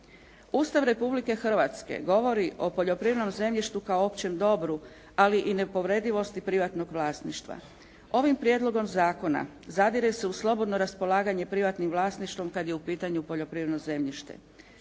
Ustav Republike Hrvatske govori o poljoprivrednom zemljištu kao o općem dobru ali i nepovredivosti privatnog vlasništva. Ovim prijedlogom zakona zadire se u slobodno raspolaganje privatnim vlasništvom kad je u pitanju poljoprivredno zemljište.